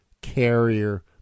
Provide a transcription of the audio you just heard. carrier